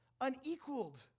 unequaled